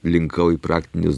linkau į praktinius